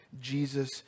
Jesus